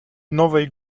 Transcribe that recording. nowej